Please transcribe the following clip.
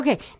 Okay